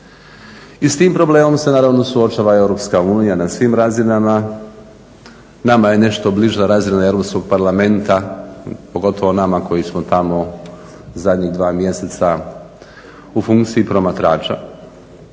I s tim problemom se naravno suočava Europska unija na svim razinama. Nama je nešto bliža razina Europskog parlamenta, pogotovo nama koji smo tamo zadnjih 2 mjeseca u funkciji promatrača.